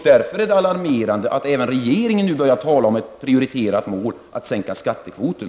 Därför är det alarmerande att även regeringen börjar tala om att det är ett prioriterat mål att sänka skattekvoten.